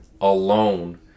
alone